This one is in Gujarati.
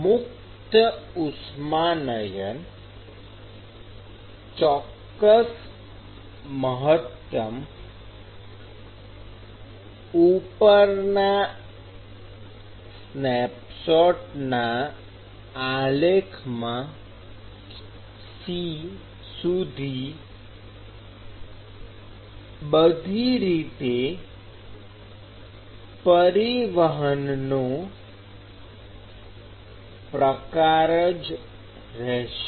મુક્ત ઉષ્માનયન ચોક્કસ મહત્તમ ઉપરના સ્નેપશોટમાંના આલેખમાં c સુધી બધી રીતે પરિવહનનો પ્રબળ પ્રકાર જ રહેશે